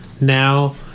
now